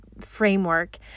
framework